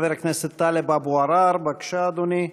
חבר הכנסת טלב אבו עראר, בבקשה, אדוני.